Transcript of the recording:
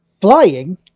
flying